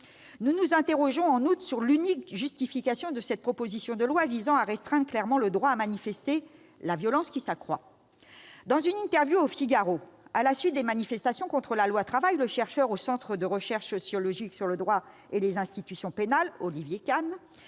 Nous nous interrogeons en outre sur l'unique justification de cette proposition de loi visant clairement à restreindre le droit de manifester : la violence qui s'accroîtrait. Dans une interview donnée au à la suite des manifestations contre la loi Travail, Olivier Cahn, chercheur au Centre de recherches sociologiques sur le droit et les institutions pénales, expliquait